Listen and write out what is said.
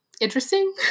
Interesting